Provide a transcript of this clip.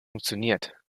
funktioniert